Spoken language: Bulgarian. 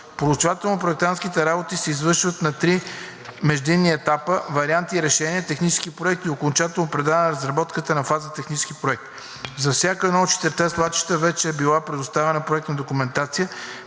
Проучвателно проектантските работи се извършват на три междинни етапа, варианти и решения, технически проект и окончателно предаване на разработката на фаза технически проект. За всяко едно от четирите свлачища вече е била предоставена проектна документация.